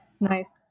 Nice